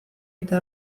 eta